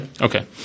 Okay